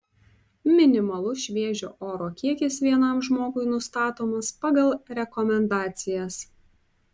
minimalus šviežio oro kiekis vienam žmogui nustatomas pagal rekomendacijas